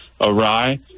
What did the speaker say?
awry